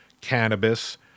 cannabis